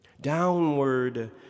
Downward